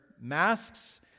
masks